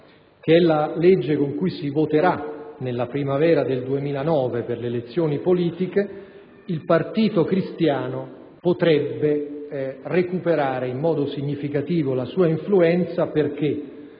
che è quella secondo la quale si voterà nella primavera del 2009 per le elezioni politiche, il Partito cristiano potrebbe recuperare in modo significativo la sua influenza dato